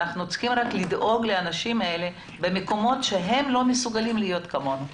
אנחנו רק צריכים לדאוג לאנשים האלה במקומות שהם לא מסוגלים להיות כמונו.